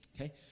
Okay